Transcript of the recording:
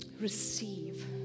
Receive